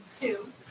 two